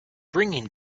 bringing